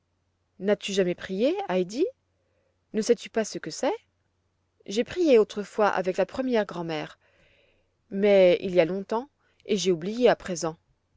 n'as-tu jamais prié heidi ne sais-tu pas ce que c'est j'ai prié autrefois avec la première grand'mère mais il y a longtemps et j'ai oublié à présent